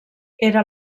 era